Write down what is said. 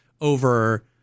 over